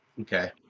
Okay